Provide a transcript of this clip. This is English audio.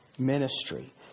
ministry